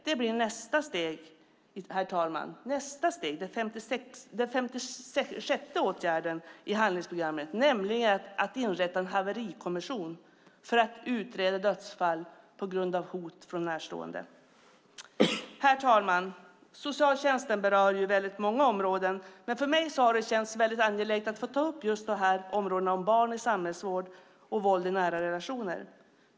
Det blir nästa steg att genomföra den 56:e åtgärden i handlingsprogrammet, nämligen att inrätta en haverikommission för att utreda dödsfall på grund av brott från närstående. Herr talman! Socialtjänsten berör väldigt många områden. Men för mig har det känts mycket angeläget att få ta upp områdena barn i samhällsvård och våld i nära relationer.